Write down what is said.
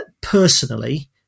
Personally